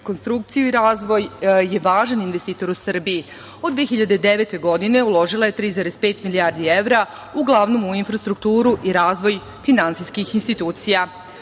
rekonstrukciju i razvoj je važan investitor u Srbiji. Od 2009. godine uložila je 3,5 milijardi evra uglavnom u infrastrukturu i razvoj finansijskih institucija. Nema